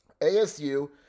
ASU